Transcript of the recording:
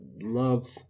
love